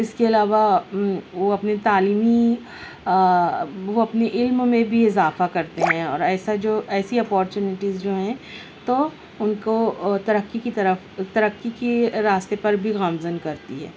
اس کے علاوہ وہ اپنی تعلیمی وہ اپنی علم میں بھی اضافہ کرتے ہیں اور ایسا جو ایسی اپارچونیٹیز جو ہیں تو ان کو ترقی کی طرف ترقی کے راستے پر بھی گامزن کرتی ہیں